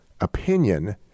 opinion